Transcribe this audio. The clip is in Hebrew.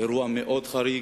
אירוע מאוד חריג,